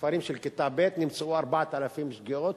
ספרים של כיתה ב' נמצאו 4,000 שגיאות.